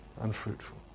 unfruitful